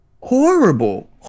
horrible